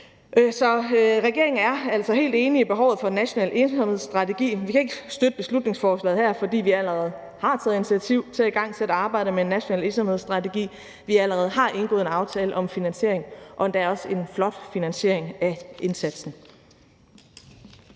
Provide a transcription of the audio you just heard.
Så regeringen er altså helt enig i behovet for en national ensomhedsstrategi. Vi kan ikke støtte beslutningsforslaget her, fordi vi allerede har taget initiativ til at igangsætte arbejdet med en national ensomhedsstrategi, og vi har allerede indgået en aftale om finansiering af den – og endda også en flot finansiering af indsatsen.